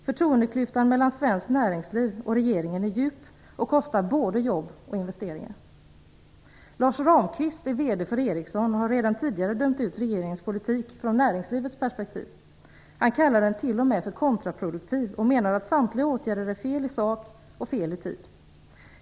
Förtroendeklyftan mellan svenskt näringsliv och regeringen är djup och kostar både jobb och investeringar. Lars Ramqvist är VD för Ericsson och har redan tidigare dömt ut regeringens politik från näringslivets perspektiv. Han kallar den t.o.m. för kontraproduktiv och menar att samtliga åtgärder är fel i sak och fel i tid.